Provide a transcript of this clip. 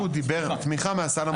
תמיכה מהסל המוסדי,